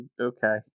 okay